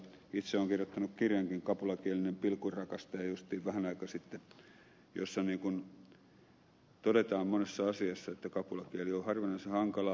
itse olen kirjoittanut kirjankin kapulakielinen pilkunrakastaja justiin vähän aikaa sitten jossa todetaan monessa asiassa että kapulakieli on harvinaisen hankalaa